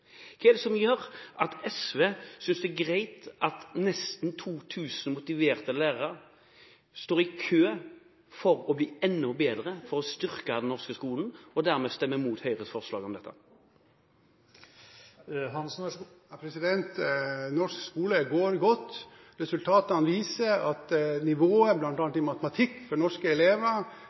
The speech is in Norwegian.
Hva er det som gjør at SV synes det er greit at nesten 2 000 motiverte lærere står i kø for å bli enda bedre og for å styrke den norske skolen, og dermed stemmer mot Høyres forslag? Norsk skole går godt. Resultatene viser at nivået, bl.a. i matematikk, for norske elever